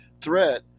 threat